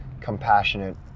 compassionate